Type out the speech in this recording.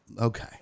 Okay